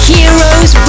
Heroes